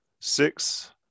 six